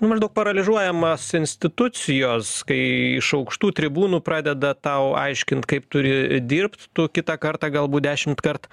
maždaug paralyžiuojamos institucijos kai iš aukštų tribūnų pradeda tau aiškint kaip turi dirbt tu kitą kartą galbūt dešimtkart